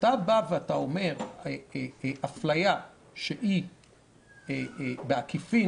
כשאומרים אפליה שהיא בעקיפין,